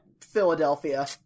Philadelphia